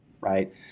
right